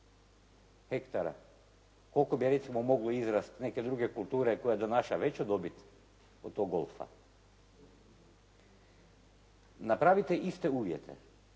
hektara koliko bi recimo moglo izrasti neke druge kulture koja donaša veću dobit od tog golfa. Napravite iste uvjete